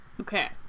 Okay